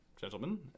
Gentlemen